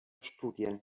studien